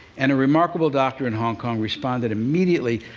and a remarkable doctor in hong kong responded immediately,